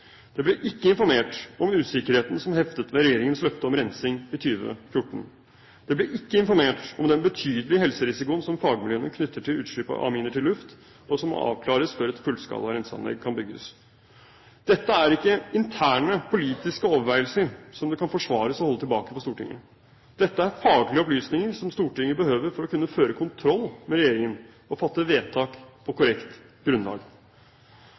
Det ble ikke informert om usikkerheten som heftet ved regjeringens løfte om rensing i 2014. Det ble ikke informert om den betydelige helserisikoen som fagmiljøene knytter til utslipp av aminer til luft, og som må avklares før et fullskala renseanlegg kan bygges. Dette er ikke interne politiske overveielser som det kan forsvares å holde tilbake for Stortinget. Dette er faglige opplysninger som Stortinget behøver for å kunne føre kontroll med regjeringen og fatte vedtak på korrekt grunnlag.